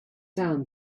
down